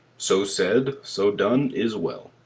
so said, so done, is well.